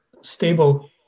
stable